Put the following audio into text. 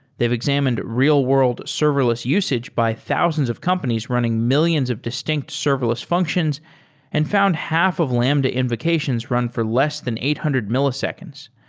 they've examined real-world serverless usage by thousands of companies running millions of distinct serverless functions and found half of lambda implications run for less than eight hundred milliseconds.